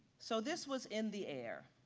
so this was in the air,